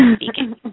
speaking